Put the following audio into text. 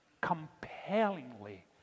compellingly